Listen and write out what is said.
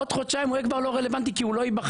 עוד חודשיים הוא יהיה כבר לא רלוונטי כי הוא לא ייבחר,